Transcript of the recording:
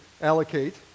allocate